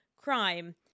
crime